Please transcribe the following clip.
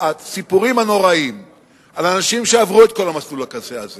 הסיפורים הנוראים על אנשים שעברו את כל המסלול הקשה הזה